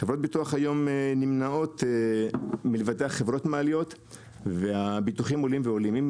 חברות ביטוח היום נמנעות מלבטח חברות מעליות והביטוחים עולים ועולים.